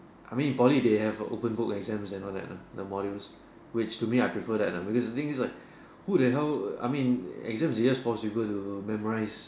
I mean in Poly they have open book exams and all that lah the modules which to me I prefer that lah because thing is like who the hell I mean exam is just force people to memorize